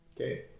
Okay